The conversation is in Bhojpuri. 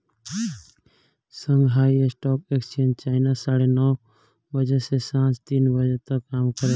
शांगहाई स्टॉक एक्सचेंज चाइना साढ़े नौ बजे से सांझ तीन बजे तक काम करेला